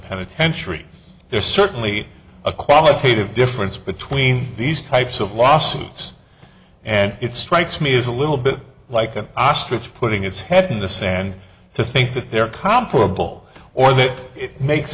penitentiary there's certainly a qualitative difference between these types of lawsuits and it strikes me as a little bit like an ostriches putting its head in the sand to think that they're comparable or that it makes